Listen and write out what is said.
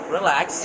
Relax